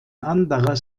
anderer